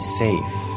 safe